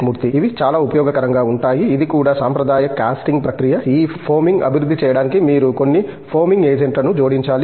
మూర్తి ఇవి చాలా ఉపయోగకరంగా ఉంటాయి ఇది కూడా సాంప్రదాయ కాస్టింగ్ ప్రక్రియ ఈ ఫోమ్మింగ్ అభివృద్ధి చేయడానికి మీరు కొన్ని ఫోమింగ్ ఏజెంట్లను జోడించాలి